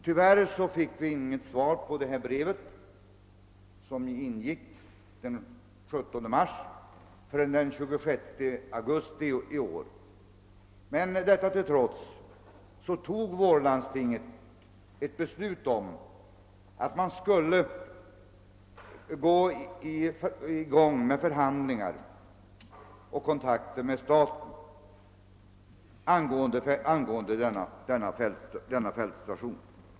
Tyvärr fick vi inte förrän den 26 augusti i år svar på vårt brev, som avsändes den 17 mars. Trots detta beslöt emellertid vårlandstinget att kontakter skulle tas med statsmakterna angående den aktuella fältstationen och att förhandlingar härom skulle inledas.